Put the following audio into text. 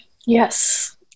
Yes